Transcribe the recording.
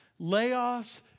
Layoffs